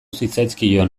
zitzaizkion